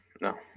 No